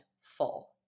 full